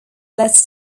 less